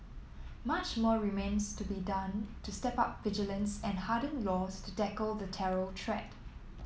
much more remains to be done to step up vigilance and harden laws to tackle the terror threat